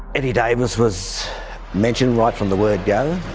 eddie davis was mentioned right from the word go.